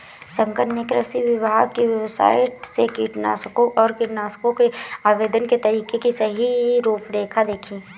शंकर ने कृषि विभाग की वेबसाइट से कीटनाशकों और कीटनाशकों के आवेदन के तरीके की सही रूपरेखा देखी